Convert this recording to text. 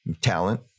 talent